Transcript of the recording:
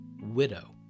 Widow